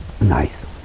Nice